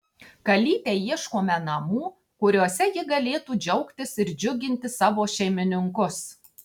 kalytei ieškome namų kuriuose ji galėtų džiaugtis ir džiuginti savo šeimininkus